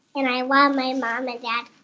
and i love my mom and dad.